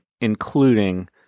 including